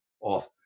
off